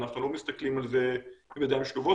אנחנו לא מסתכלים על זה עם ידיים שלובות,